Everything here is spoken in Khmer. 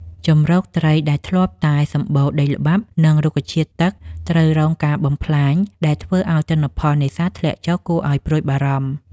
ជម្រកត្រីដែលធ្លាប់តែសម្បូរដីល្បាប់ និង រុក្ខជាតិទឹកត្រូវរងការបំផ្លាញដែលធ្វើឱ្យទិន្នផលនេសាទធ្លាក់ចុះគួរឱ្យព្រួយបារម្ភ។